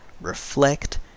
reflect